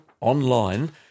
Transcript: online